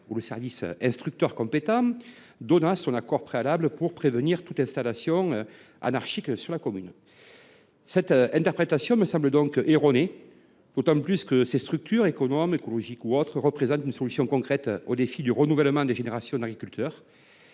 ou le service instructeur compétent donnerait son accord préalable pour prévenir toute installation anarchique dans la commune. Cette interprétation de l’irrecevabilité me semble donc erronée, d’autant que ces structures, qui sont économes et écologiques, entre autres qualités, représentent une solution concrète au défi du renouvellement des générations d’agriculteurs.